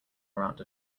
around